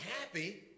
happy